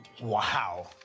Wow